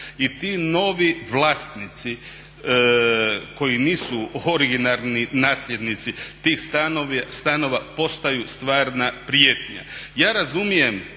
I ti novi vlasnici koji nisu originalni nasljednici tih stanova postaju stvarna prijetnja. Ja razumijem